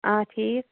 آ ٹھیٖک